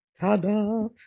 Ta-da